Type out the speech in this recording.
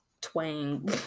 twang